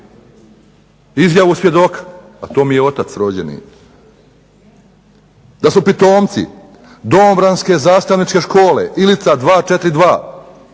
izjavu svjedoka, a to mi je otac rođeni, da su pitomci Domobranske zastavničke škole, Ilica 242